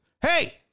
Hey